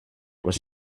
was